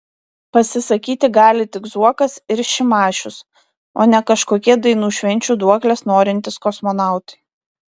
pasisakyti gali tik zuokas ir šimašius o ne kažkokie dainų švenčių duoklės norintys kosmonautai